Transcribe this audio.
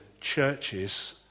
churches